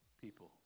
people